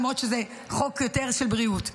למרות שזה יותר חוק של בריאות.